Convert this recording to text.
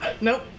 Nope